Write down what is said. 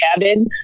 cabin